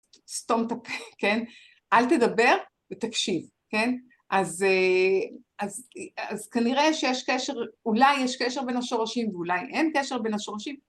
סתום ת'פה. כן? אל תדבר ותקשיב, כן? אז אה... אז כנראה שיש קשר, אולי יש קשר בין השורשים ואולי אין קשר בין השורשים